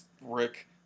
Rick